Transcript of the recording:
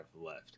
left